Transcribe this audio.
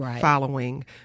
following